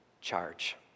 charge